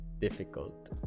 difficult